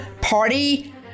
party